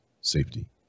safety